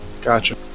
gotcha